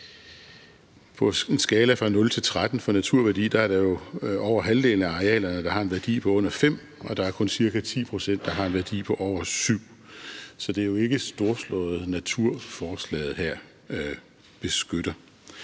På en skala fra 0 til 13 for naturværdi er det jo over halvdelen af arealerne, der har en værdi på under 5, og der er kun ca. 10 pct., der har en værdi på over 7. Så det er jo ikke storslået natur, som forslaget her beskytter.